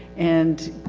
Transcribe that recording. and.